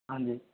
हाँ जी